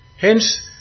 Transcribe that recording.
Hence